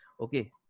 Okay